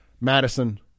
Madison